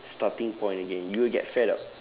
starting point again you will get fed up